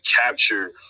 capture